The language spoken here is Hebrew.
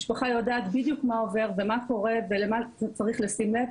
המשפחה יודעת בדיוק מה עובר ומה קורה ולמה צריך לשים לב.